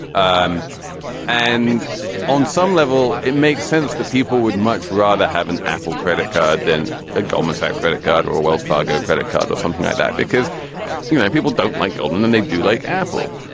um and on some level it makes sense that people would much rather have an apple credit card than a goldman sachs credit card or wells fargo credit card or something like that because you know people don't like goldman and they do like apple.